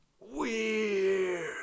weird